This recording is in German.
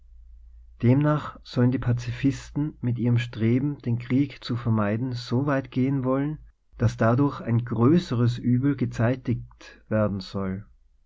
danach sollen die pazifisten mit ihrem streben den krieg zu vermeiden so weit gehen wollen daß dadurch ein größeres uebel gezeitigt werden soll